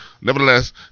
Nevertheless